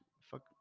fuck